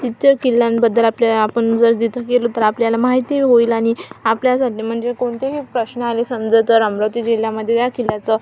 तिथल्या किल्ल्यांबद्दल आपल्याला आपण जर तिथं गेलो तर आपल्याला माहितीही होईल आणि आपल्यासाठी म्हणजे कोणतेही प्रश्न आले समजा तर अमरावती जिल्ह्यामध्ये या किल्ल्याचं